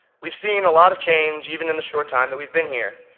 we've seen a lot of change even in the short time that we've been here.